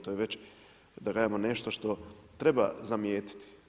To je već da kažemo nešto što treba zamijetiti.